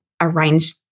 arrange